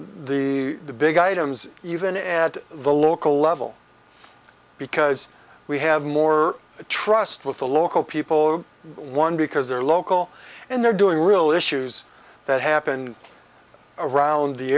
in the big items even at the local level because we have more trust with the local people one because they're local and they're doing real issues that happen around the